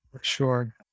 Sure